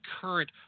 current